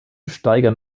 steigern